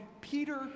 Peter